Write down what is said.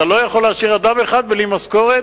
אתה לא יכול להשאיר אדם אחד בלי משכורת,